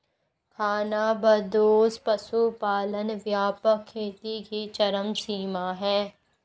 खानाबदोश पशुपालन व्यापक खेती की चरम सीमा है